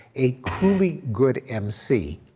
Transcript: a cruelly good mc.